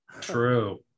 True